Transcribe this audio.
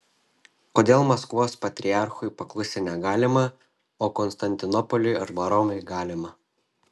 kodėl maskvos patriarchui paklusti negalima o konstantinopoliui arba romai galima